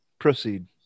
Proceed